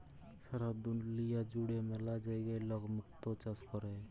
সারা দুলিয়া জুড়ে ম্যালা জায়গায় লক মুক্ত চাষ ক্যরে